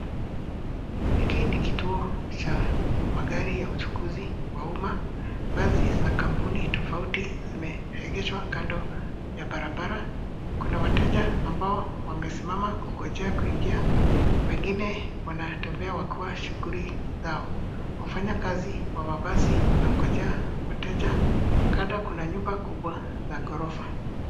Hiki ni kituo cha magari ya uchukuzi wa umma, gari za kampuni tofauti zimeegeshwa kando ya barabara. Kuna wateja ambao wamesimama kungojea kuingia, wengine wanatembea wakiwa shughuli zao. Wafanyakazi wa mabasi wanangojea wateja, kando kuna nyumba kubwa la ghorofa.